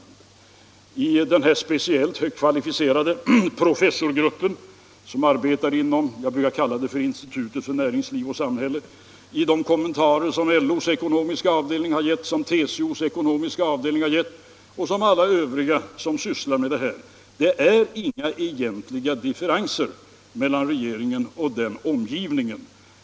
Det gäller kommentarerna från den speciellt högt kvalificerade professorsgruppen som arbetar inom vad jag brukar kalla institutet för näringsliv och samhälle, det gäller kommentarerna från LO:s ekonomiska avdelning och TCO:s ekonomiska avdelning och från alla övriga som sysslar med det här. Det är inga egentliga differenser mellan regeringen och den om givningen.